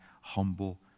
humble